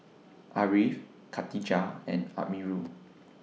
Ariff Katijah and Amirul